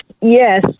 Yes